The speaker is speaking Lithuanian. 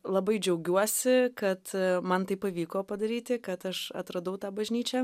labai džiaugiuosi kad man tai pavyko padaryti kad aš atradau tą bažnyčią